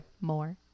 More